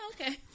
okay